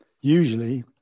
Usually